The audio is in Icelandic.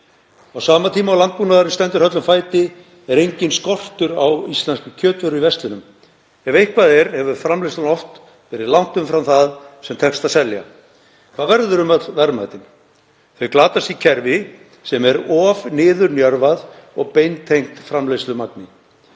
Á sama tíma og landbúnaðurinn stendur höllum fæti er enginn skortur á íslenskum kjötvörum í verslunum. Ef eitthvað er hefur framleiðslan oft verið langt umfram það sem tekst að selja. Hvað verður um öll verðmætin? Þau glatast í kerfi sem er of niðurnjörvað og beintengt framleiðslumagni.